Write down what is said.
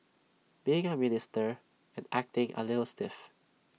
being A minister and acting A little stiff